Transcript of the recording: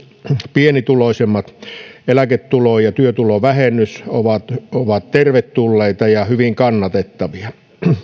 pienituloisimmat eläketulo ja työtulovähennys ovat tervetulleita ja hyvin kannatettavia